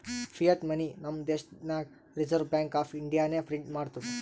fiat money ನಮ್ ದೇಶನಾಗ್ reserve bank of ಇಂಡಿಯಾನೆ ಪ್ರಿಂಟ್ ಮಾಡ್ತುದ್